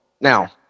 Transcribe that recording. Now –